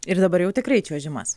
ir dabar jau tikrai čiuožimas